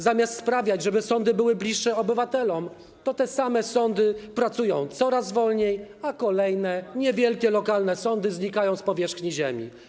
Zamiast sprawiać, żeby sądy były bliższe obywatelom, sprawia, że te same sądy pracują coraz wolniej, a kolejne niewielkie, lokalne sądy znikają z powierzchni ziemi.